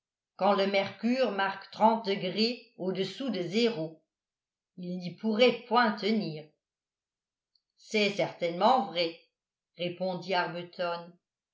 quand le mercure marque trente degrés au-dessous de zéro il n'y pourrait point tenir c'est certainement vrai répondit arbuton